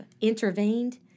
intervened